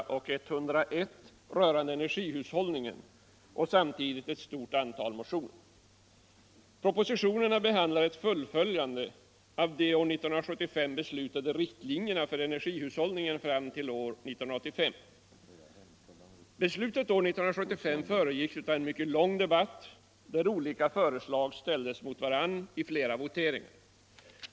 15 och 101 rörande energihushållningen samt ett stort antal motioner. Propositionerna behandlar ett fullföljande av de år 1975 beslutade riktlinjerna för energihushållningen fram till 1985. Beslutet 1975 föregicks av en lång debatt, där olika förslag ställdes mot varandra i flera voteringar.